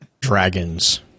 dragons